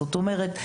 זאת אומרת,